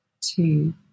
two